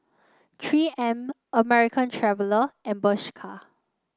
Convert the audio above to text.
Three M American Traveller and Bershka